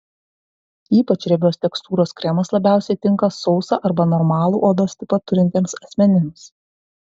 ypač riebios tekstūros kremas labiausiai tinka sausą arba normalų odos tipą turintiems asmenims